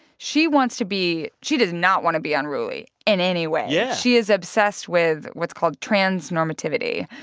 she wants to be she does not want to be unruly in any way. yeah she is obsessed with what's called trans normativity,